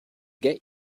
get